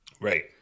right